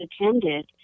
attended